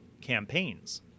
campaigns